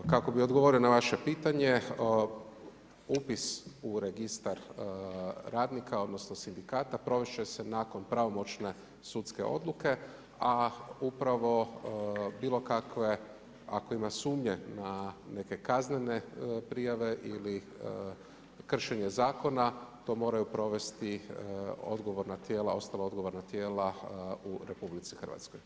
Kako bi odgovorio na vaše pitanje upis u registar radnika, odnosno sindikata provesti će se nakon pravomoćne sudske odluke a upravo bilo kakve, ako ima sumnje na neke kaznene prijave ili kršenje zakona to moraju provesti odgovorna tijela, ostala odgovorna tijela u RH.